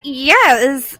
yes